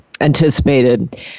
anticipated